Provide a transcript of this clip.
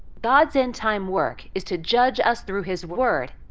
god's end-time work is to judge us through his word.